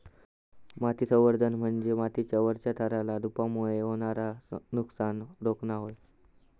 माती संवर्धन म्हणजे मातीच्या वरच्या थराचा धूपामुळे होणारा नुकसान रोखणा होय